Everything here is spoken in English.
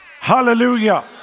Hallelujah